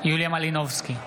יוליה מלינובסקי,